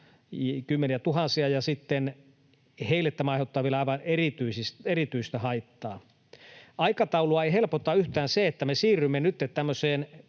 kymmeniätuhansia, ja sitten niille tämä aiheuttaa vielä aivan erityistä haittaa. Aikataulua ei helpota yhtään se, että me siirrymme nyt tämmöiseen